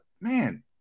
man